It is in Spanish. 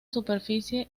superficie